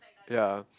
yea